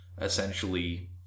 essentially